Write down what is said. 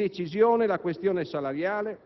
In particolare, dovrà essere affrontata con decisione la questione salariale